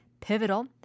Pivotal